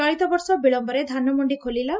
ଚଳିତବର୍ଷ ବିଳମ୍ୟରେ ଧାନମଣ୍ଡି ଖୋଲିଲା